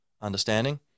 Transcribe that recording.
understanding